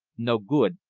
no good,